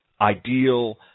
ideal